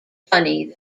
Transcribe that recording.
funny